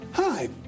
Hi